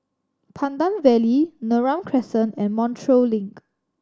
Pandan Valley Neram Crescent and Montreal Link